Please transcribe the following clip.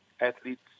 athletes